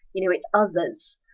you know it's others.